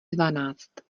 dvanáct